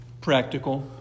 practical